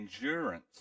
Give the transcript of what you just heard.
endurance